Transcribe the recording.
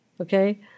okay